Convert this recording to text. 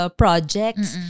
projects